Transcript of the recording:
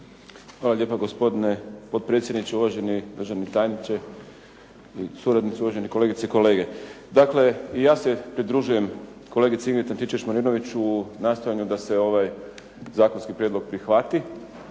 Hvala lijepa gospodine potpredsjedniče, uvaženi državni tajniče i suradnici, uvažene kolegice i kolege. Dakle, ja se pridružujem kolegici Ingrid Antičević-Marinović u nastojanju da se ovaj zakonski prijedlog prihvati